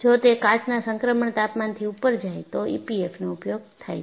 જો તે કાચના સંક્રમણ તાપમાનથી ઉપર જાય તો ઈપીએફએમ ઉપયોગ થાય છે